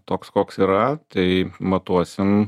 toks koks yra tai matuosim